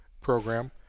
program